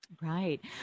Right